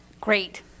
Great